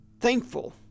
thankful